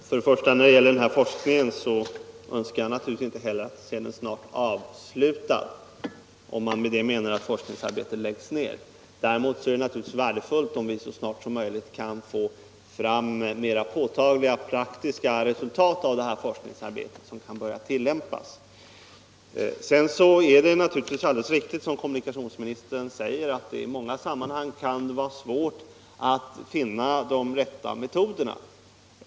Herr talman! När det gäller forskningen önskar naturligtvis inte heller jag att den snart skall vara avslutad, om man med detta menar att forskningsarbetet läggs ner. Däremot är det givetvis värdefullt om vi så snart som möjligt av detta forskningsarbete kan få fram mer påtagliga praktiska resultat som kan tillämpas. Det är alldeles riktigt som kommunikationsministern säger att det i många sammanhang kan vara svårt att finna de rätta metoderna.